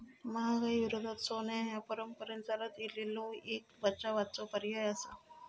महागाई विरोधात सोना ह्या परंपरेन चालत इलेलो एक बचावाचो पर्याय आसा